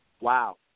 Wow